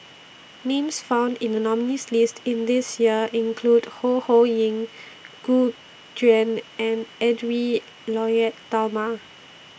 Names found in The nominees' list This Year include Ho Ho Ying Gu Juan and Edwy Lyonet Talma